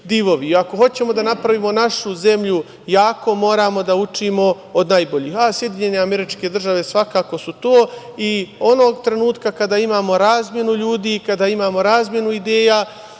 hoćemo da napravimo našu zemlju jakom, moramo da učimo od najboljih, a Sjedinjene Američke Države, svakako su to. Onog trenutka kada imamo razmenu ljudi i kada imamo razmenu ideja,